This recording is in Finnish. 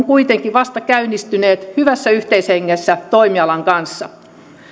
kuitenkin vasta käynnistyneet hyvässä yhteishengessä toimialan kanssa